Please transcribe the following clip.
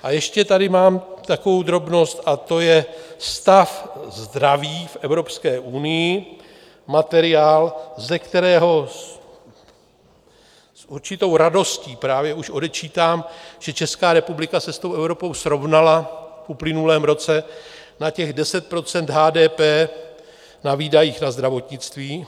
A ještě tady mám takovou drobnost a to je stav zdraví v Evropské unii, materiál, ze kterého s určitou radostí právě už odečítám, že Česká republika se s Evropou srovnala v uplynulém roce na těch 10 % HDP na výdajích na zdravotnictví.